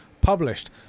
published